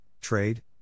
trade